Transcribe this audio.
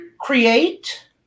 Create